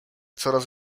coraz